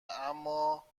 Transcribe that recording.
اما